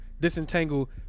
disentangle